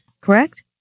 Correct